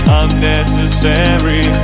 unnecessary